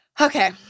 Okay